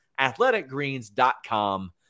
Athleticgreens.com